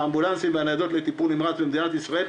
האמבולנסים והניידות לטיפול נמרץ במדינת ישראל,